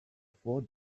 four